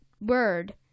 word